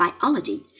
biology